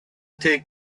take